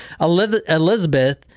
Elizabeth